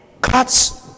cuts